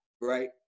Right